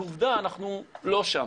ועובדה אנחנו לא שם.